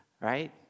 right